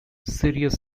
serious